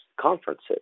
conferences